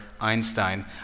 Einstein